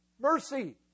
Mercy